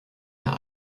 der